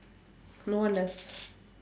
more or less